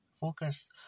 Focus